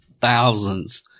thousands